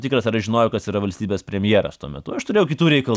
tikras ar aš žinojau kas yra valstybės premjeras tuo metu aš turėjau kitų reikalų